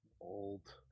Old